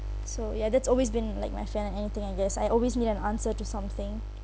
so ya that's always been like my fear and anything I guess I always need an answer to something